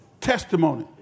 testimony